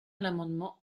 l’amendement